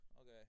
Okay